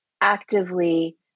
actively